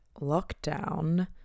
lockdown